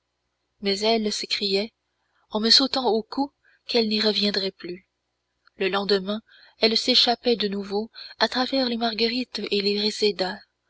mais elle s'écriait en me sautant au cou qu'elle n'y reviendrait plus le lendemain elle s'échappait de nouveau à travers les marguerites et les